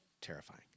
Terrifying